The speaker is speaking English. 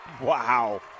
Wow